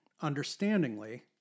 understandingly